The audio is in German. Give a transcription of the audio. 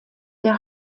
der